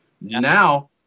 Now